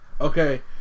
Okay